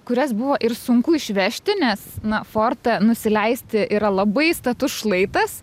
kurias buvo ir sunku išvežti nes na forte nusileisti yra labai status šlaitas